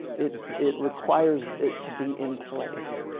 it it requires it to be in place,